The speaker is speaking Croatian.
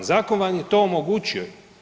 Zakon vam je to omogućio.